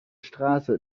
straße